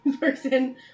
person